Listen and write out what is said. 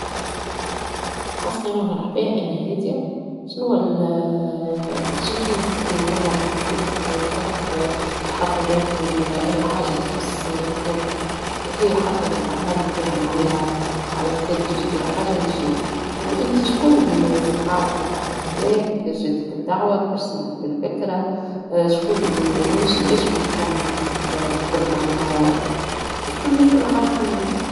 كي نلتقي بشخص في حفلة، نحب نبدأ حديث بسيط. نقول له "مرحبا، أنا اسمي كذا، شنو رأيك في الحفلة؟". نحب نتعرف على اهتماماته ونشارك قصصنا. يمكن نكتشف نقاط مشتركة ونتبادل الأرقام. الهدف هو بناء علاقة جديدة وخلق ذكريات ممتعة مع بعض.